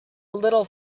little